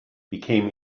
became